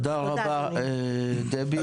תודה רבה דבי.